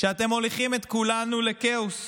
שאתם מוליכים את כולנו לכאוס